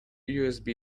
usb